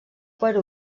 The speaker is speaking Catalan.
per